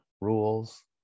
rules